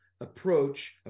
approach